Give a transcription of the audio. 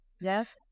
Yes